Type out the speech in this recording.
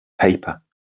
paper